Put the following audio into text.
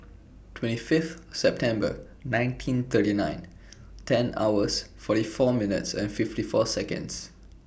twenty five September nineteen thirty eight ten hours forty four minutes fifty four Seconds